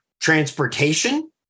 Transportation